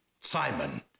Simon